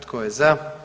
Tko je za?